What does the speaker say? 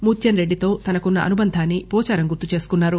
ముత్యంరెడ్జితో తనకున్న అనుబంధాన్ని పోచారం గుర్తు చేసుకున్నారు